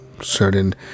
certain